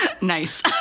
Nice